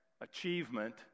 achievement